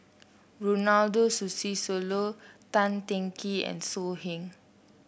Ronald Susilo Tan Teng Kee and So Heng